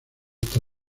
esta